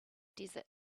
desert